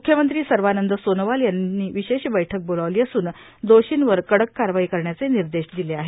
मुख्यमंत्री सर्वानंद सोनोवाल यांनी विशेष बैठक बोलवली असून दोर्षीवर कडक कारवाई करण्याचे निर्देश दिले आहेत